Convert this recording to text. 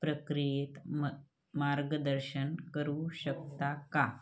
प्रक्रियेत म मार्गदर्शन करू शकता का